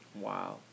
Wow